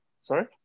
Sorry